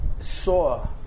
saw